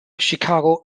chicago